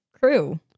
crew